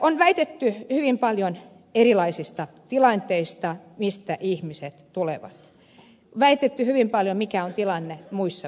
on esitetty hyvin paljon erilaisia tilanteita mistä ihmiset tulevat on esitetty väitteitä hyvin paljon siitä mikä on tilanne muissa pohjoismaissa